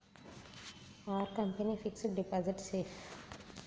Are company fixed deposit safe?